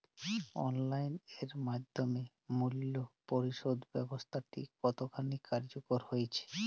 Online এর মাধ্যমে মূল্য পরিশোধ ব্যাবস্থাটি কতখানি কার্যকর হয়েচে?